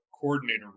coordinator